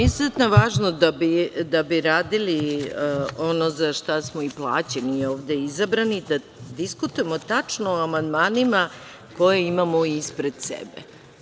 Izuzetno je važno, da bi radili ono za šta smo i plaćeni i izabrani, da diskutujemo tačno o amandmanima koje imamo ispred sebe.